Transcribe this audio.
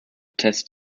test